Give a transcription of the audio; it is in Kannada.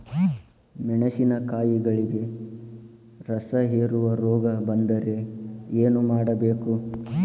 ಮೆಣಸಿನಕಾಯಿಗಳಿಗೆ ರಸಹೇರುವ ರೋಗ ಬಂದರೆ ಏನು ಮಾಡಬೇಕು?